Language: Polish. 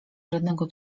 żadnego